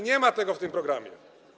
Nie ma tego w tym programie.